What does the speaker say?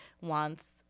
wants